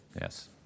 Yes